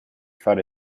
far